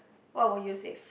what would you save